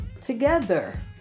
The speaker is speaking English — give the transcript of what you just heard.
together